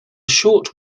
short